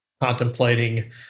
contemplating